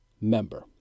member